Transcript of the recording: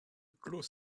clos